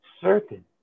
certain